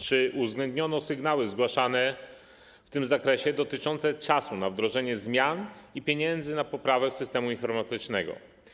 Czy uwzględniono sygnały zgłaszane w tym zakresie dotyczące czasu na wdrożenie zmian i pieniędzy na poprawę systemu informatycznego?